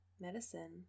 medicine